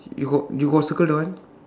you got you got circle that one